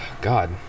God